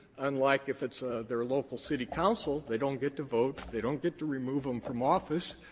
unlike if it's their local city council, they don't get to vote. they don't get to remove them from office